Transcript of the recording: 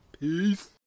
Peace